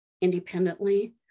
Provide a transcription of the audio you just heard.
independently